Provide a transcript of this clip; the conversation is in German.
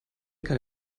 kann